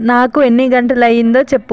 నాకు ఎన్ని గంటలయ్యిందో చెప్పు